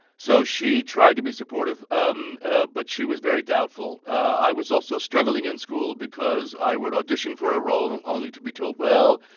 so she tried to be supportive, um ah but she was very doubtful. i was also struggling in school because i would audition for a role, and only to be told, well,